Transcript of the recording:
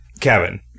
kevin